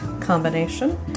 combination